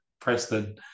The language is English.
Preston